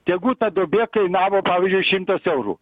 tegu ta duobė kainavo pavyzdžiui šimtas eurų